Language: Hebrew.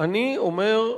אני אומר,